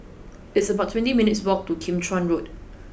it's about twenty minutes' walk to Kim Chuan Road